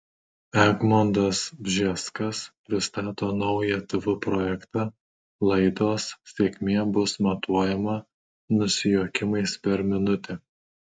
egmontas bžeskas pristato naują tv projektą laidos sėkmė bus matuojama nusijuokimais per minutę